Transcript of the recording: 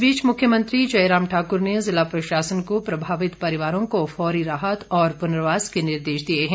इस बीच मुख्यमंत्री जयराम ठाकुर ने ज़िला प्रशासन को प्रभावित परिवारों को फौरी राहत और पुनर्वास के निर्देश दिए हैं